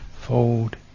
fold